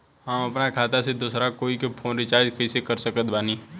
हम अपना खाता से दोसरा कोई के फोन रीचार्ज कइसे कर सकत बानी?